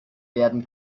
werden